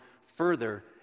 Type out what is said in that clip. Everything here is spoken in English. further